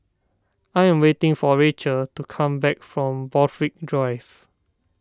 I am waiting for Racheal to come back from Borthwick Drive